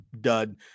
dud